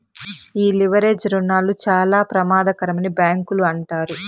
ఈ లెవరేజ్ రుణాలు చాలా ప్రమాదకరమని బ్యాంకులు అంటారు